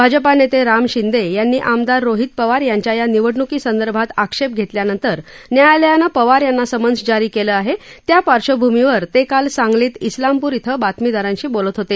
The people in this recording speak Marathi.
भाजपा नेते राम शिंदे यांनी आमदार रोहित पवार यांच्या या निवडण्की संदर्भात आक्षेप घेतल्यानंतर न्यायालयानं पवार यांना समन्स जारी केलं आहे त्या पार्श्वभूमीवर ते काल सांगलीत इस्लामपूर इथं बातमीदारांशी बोलत होते